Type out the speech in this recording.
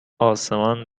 آسمان